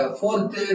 fourth